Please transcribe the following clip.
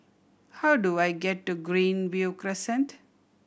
how do I get to Greenview Crescent